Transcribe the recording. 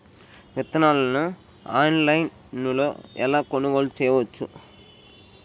విత్తనాలను ఆన్లైనులో ఎలా కొనుగోలు చేయవచ్చు?